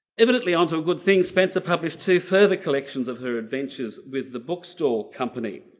evidently onto a good thing, spencer published two further collections of her adventures with the bookstall company.